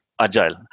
agile